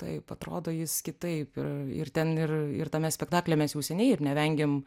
taip atrodo jis kitaip ir ir ten ir ir tame spektaklyje mes jau seniai ir nevengėm